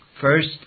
First